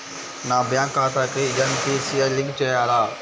నా బ్యాంక్ ఖాతాకి NPCI link చేయాలా?